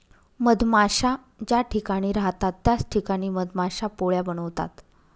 मधमाश्या ज्या ठिकाणी राहतात त्याच ठिकाणी मधमाश्या पोळ्या बनवतात